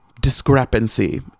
discrepancy